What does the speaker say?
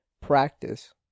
practice